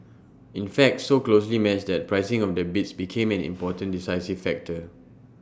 in fact so closely matched that pricing of the bids became an important decisive factor